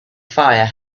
fire